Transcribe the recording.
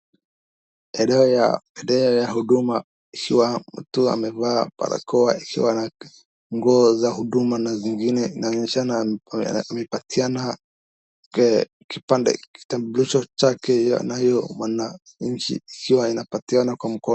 Eneo la huduma, ikiwa mtu amevaa barakoa ikiwa ana nguo za huduma na zingine inaonyeshana amepatiana kitambulisho chake ambayo wananchi ikiwa anapatiana kwa mkono.